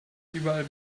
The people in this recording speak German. überall